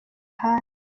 ahandi